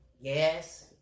Yes